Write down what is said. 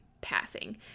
passing